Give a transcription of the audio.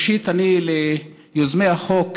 ראשית ליוזמי החוק,